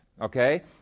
Okay